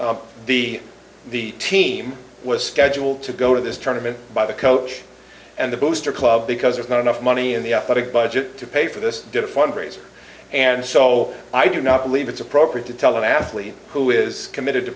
the the team was scheduled to go to this tournament by the coach and the booster club because there's not enough money in the uk but it budget to pay for this to fundraise and so i do not believe it's appropriate to tell an athlete who is committed to